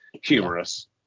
humorous